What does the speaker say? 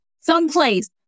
someplace